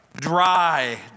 Dry